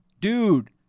dude